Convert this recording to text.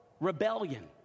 Rebellion